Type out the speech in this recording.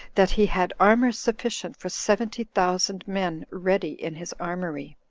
that he had armor sufficient for seventy thousand men ready in his armory.